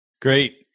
Great